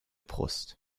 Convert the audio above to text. brust